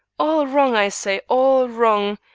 all wrong, i say, all wrong,